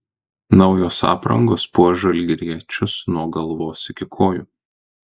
naujos aprangos puoš žalgiriečius nuo galvos iki kojų